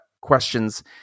questions